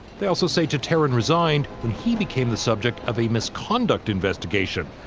they also say tataryn resigned when he became the subject of a misconduct investigation.